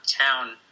town